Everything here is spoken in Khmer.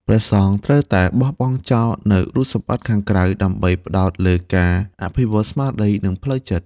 ព្រះសង្ឃត្រូវតែបោះបង់ចោលនូវរូបសម្បត្តិខាងក្រៅ ដើម្បីផ្តោតលើការអភិវឌ្ឍន៍ស្មារតី និងផ្លូវចិត្ត។